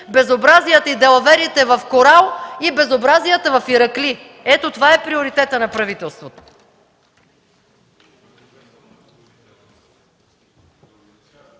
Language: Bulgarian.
безобразията и далаверите в „Корал”, безобразията в Иракли! Ето, това е приоритетът на правителството.